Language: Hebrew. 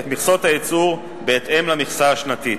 את מכסות הייצור בהתאם למכסה השנתית.